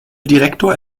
direktor